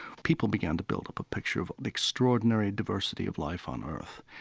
people began to build up a picture of extraordinary diversity of life on earth.